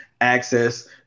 access